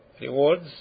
Rewards